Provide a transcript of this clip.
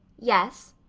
yes.